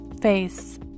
face